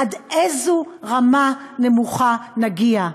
עד איזו רמה נמוכה נגיע?